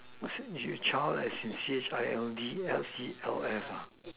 is your child I insist I N D O C L S